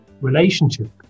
relationship